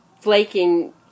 flaking